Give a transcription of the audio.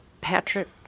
Patrick